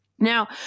Now